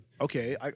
Okay